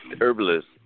Herbalist